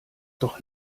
doch